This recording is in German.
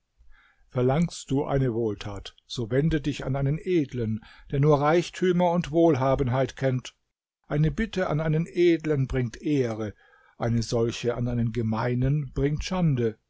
verlangst du eine wohltat so wende dich an einen edlen der nur reichtümer und wohlhabenheit kennt eine bitte an einen edlen bringt ehre eine solche an einen gemeinen bringt schande